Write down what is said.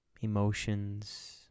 emotions